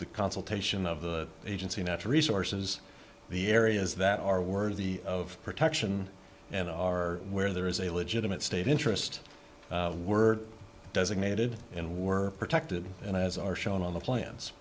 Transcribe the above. the consultation of the agency natural resources the areas that are worthy of protection and are where there is a legitimate state interest were designated and were protected and as are shown on the plan